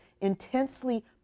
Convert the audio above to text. intensely